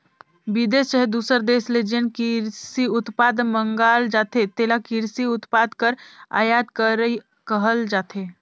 बिदेस चहे दूसर देस ले जेन किरसी उत्पाद मंगाल जाथे तेला किरसी उत्पाद कर आयात करई कहल जाथे